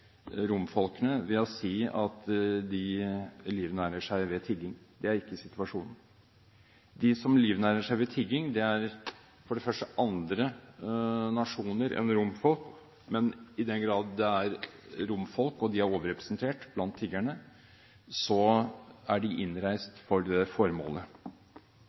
romfolkene når man sier at de livnærer seg ved tigging. Det er ikke situasjonen. De som livnærer seg ved tigging, er for det første andre mennesker – fra andre nasjoner – enn romfolk. I den grad det er romfolk og de er overrepresentert blant tiggerne, er de innreist for formålet.